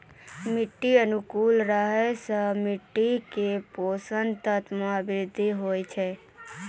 मिट्टी अनुकूल रहला सँ मिट्टी केरो पोसक तत्व म वृद्धि होय छै